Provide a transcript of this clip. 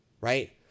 right